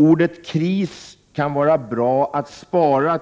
Ordet kris kan vara bra att spara